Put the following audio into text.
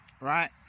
Right